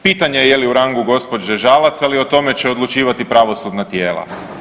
Pitanje je je li u rangu gđe. Žalac, ali o tome će odlučivati pravosudna tijela.